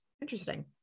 interesting